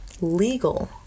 legal